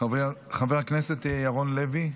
חבר הכנסת ירון לוי,